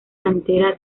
cantera